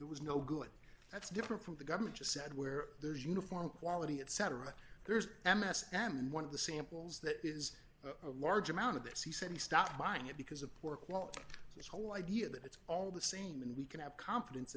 there was no good that's different from the government just said where there's uniform quality etc there's m s and one of the samples that is a large amount of this he said he stopped buying it because of poor quality his whole idea that it's all the same and we can have confidence